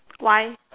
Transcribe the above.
why